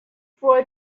four